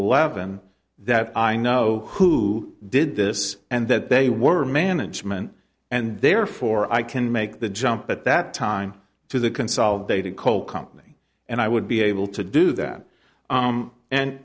levon that i know who did this and that they were management and therefore i can make the jump at that time to the consolidated coal company and i would be able to do that